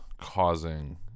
causing